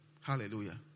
Hallelujah